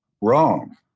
Wrong